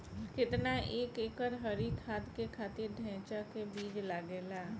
केतना एक एकड़ हरी खाद के खातिर ढैचा के बीज लागेला?